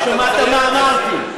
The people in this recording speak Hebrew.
לא שמעת מה אמרתי.